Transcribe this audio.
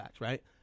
right